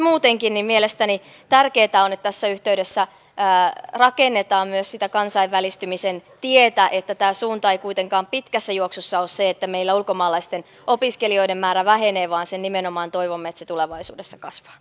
muutenkin mielestäni tärkeätä on että tässä yhteydessä rakennetaan myös sitä kansainvälistymisen tietä että tämä suunta ei kuitenkaan pitkässä juoksussa ole se että meillä ulkomaalaisten opiskelijoiden määrä vähenee vaan nimenomaan toivomme että se tulevaisuudessa kasvaa